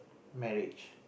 marriage